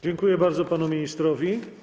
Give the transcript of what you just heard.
Dziękuję bardzo panu ministrowi.